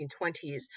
1920s